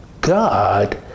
God